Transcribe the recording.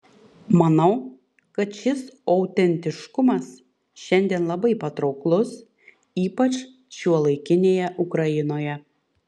manau kad šis autentiškumas šiandien labai patrauklus ypač šiuolaikinėje ukrainoje